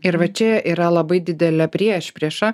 ir va čia yra labai didelė priešprieša